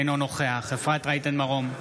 אינו נוכח אפרת רייטן מרום,